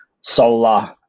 solar